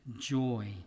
joy